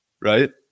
right